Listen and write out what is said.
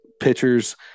pitchers